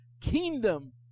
Kingdom